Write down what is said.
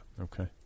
Okay